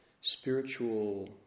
spiritual